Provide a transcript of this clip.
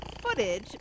footage